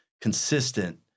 consistent